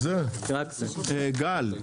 גל,